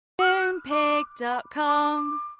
Moonpig.com